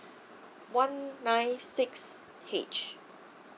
one nine six H